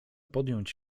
podjąć